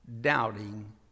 doubting